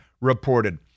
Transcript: reported